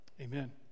Amen